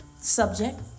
subject